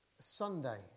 Sunday